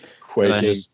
Quaking